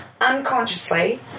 unconsciously